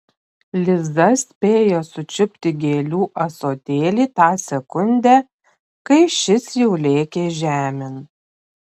liza spėjo sučiupti gėlių ąsotėlį tą sekundę kai šis jau lėkė žemėn